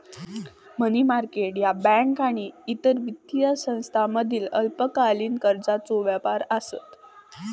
मनी market ह्या बँका आणि इतर वित्तीय संस्थांमधील अल्पकालीन कर्जाचो व्यापार आसत